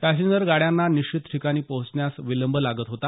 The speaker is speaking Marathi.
पॅसेंजर गाड्यांना निश्चित ठिकाणी पोहोचण्यास विलंब लागत होता